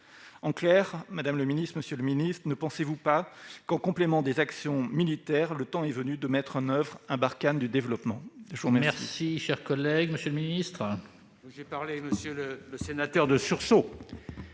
En clair, madame la ministre, monsieur le ministre, ne pensez-vous pas qu'en complément des actions militaires, le temps est venu de mettre en oeuvre un Barkhane du développement ?